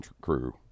crew